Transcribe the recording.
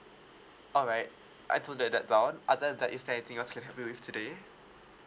alright I took that that down other than that is there anything else I can help you with today